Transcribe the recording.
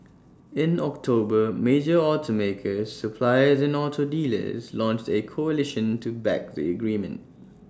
in October major automakers suppliers and auto dealers launched A coalition to back the agreement